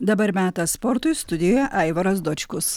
dabar metas sportui studijoje aivaras dočkus